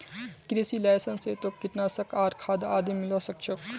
कृषि लाइसेंस स तोक कीटनाशक आर खाद आदि मिलवा सख छोक